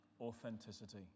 authenticity